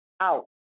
out